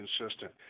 consistent